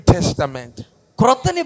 Testament